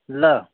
ल